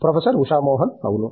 professor Usha Mohan అవును